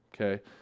Okay